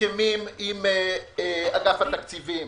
הסכמים עם אגף התקציבים.